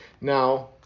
Now